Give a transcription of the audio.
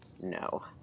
No